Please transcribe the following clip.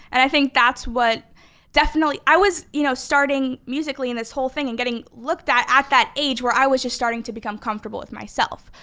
and i think that's what definitely, i was you know starting musical ly and this whole thing and getting looked at at that age where i was just starting to become comfortable with myself.